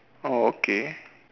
oh okay